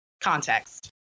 context